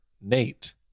Nate